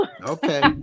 Okay